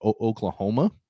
Oklahoma